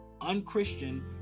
unchristian